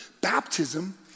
baptism